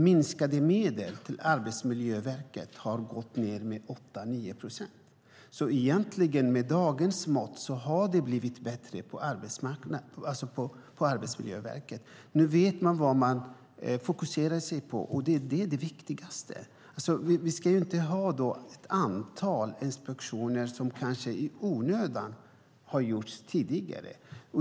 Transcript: Medlen till Arbetsmiljöverket har gått ned med 8-9 procent. Egentligen har det, med dagens mått, blivit bättre på Arbetsmiljöverket. Nu vet de vad de ska fokusera på. Det är det viktigaste. Vi ska inte ha inspektioner i onödan, som det kanske har varit tidigare.